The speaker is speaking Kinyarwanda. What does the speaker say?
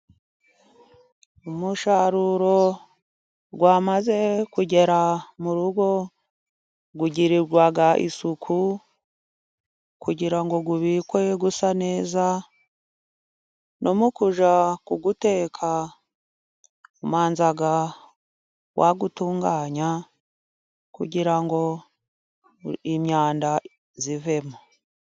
Umusaruro wamaze kugera mu rugo ugirirwa isuku, kugira ngo ubikwe usa neza, no mu kujya kuwuteka ubanza wawutunganya kugira ngo imyanda ivemo.